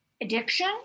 addiction